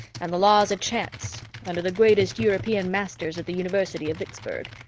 and the laws of chance under the greatest european masters at the university of vicksburg.